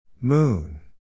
Moon